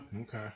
Okay